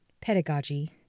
pedagogy